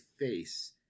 face